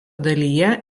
dalyje